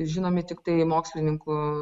žinomi tiktai mokslininkų